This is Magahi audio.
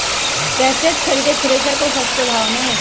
कैसे खरीदे थ्रेसर को सस्ते भाव में?